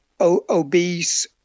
obese